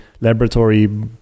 laboratory